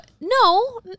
No